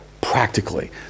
practically